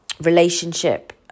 relationship